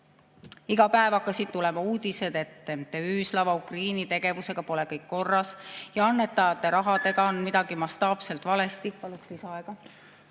Iga päev hakkasid tulema uudised, et MTÜ Slava Ukraini tegevusega pole kõik korras ja annetajate rahaga on midagi mastaapselt valesti. Paluks lisaaega.